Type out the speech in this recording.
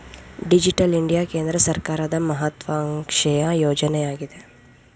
digital India ಕೇಂದ್ರ ಸರ್ಕಾರದ ಮಹತ್ವಾಕಾಂಕ್ಷೆಯ ಯೋಜನೆಯಗಿದೆ